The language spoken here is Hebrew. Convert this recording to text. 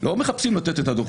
לא מחפשים ישר לתת את הדוחות.